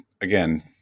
again